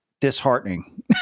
disheartening